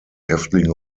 häftlinge